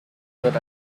wird